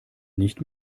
nicht